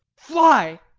fly!